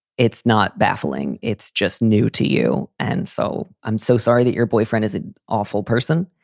it's not baffling. it's just new to you. and so i'm so sorry that your boyfriend is an awful person.